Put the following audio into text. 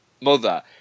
mother